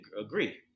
agree